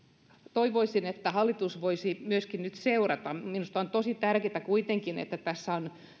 toivoisin että hallitus voisi myöskin nyt seurata tätä minusta on tosi tärkeätä kuitenkin että tässä on